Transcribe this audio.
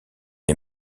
est